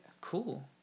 Cool